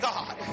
God